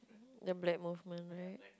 the black movement right